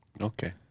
Okay